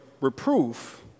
reproof